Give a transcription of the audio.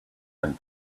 and